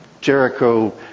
Jericho